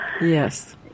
Yes